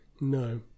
No